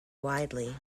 widely